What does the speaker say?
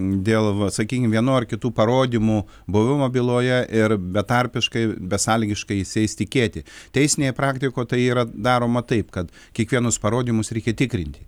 dėl va sakykim vienų ar kitų parodymų buvimo byloje ir betarpiškai besąlygiškais jais tikėti teisinėje praktikoj tai yra daroma taip kad kiekvienus parodymus reikia tikrinti